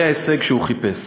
זה ההישג שהוא חיפש.